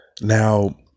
Now